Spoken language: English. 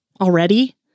already